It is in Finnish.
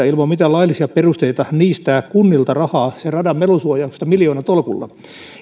ilman mitään laillisia perusteita niistää kunnilta rahaa miljoonatolkulla sen radan melusuojauksesta